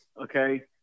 Okay